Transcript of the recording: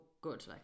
good